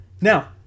Now